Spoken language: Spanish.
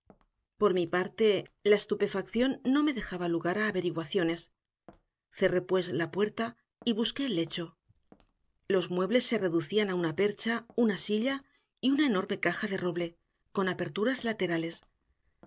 por mi parte la estupefacción no me dejaba lugar a averiguaciones cerré pues la puerta y busqué el lecho los muebles se reducían a una percha una silla y una enorme caja de roble con aperturas laterales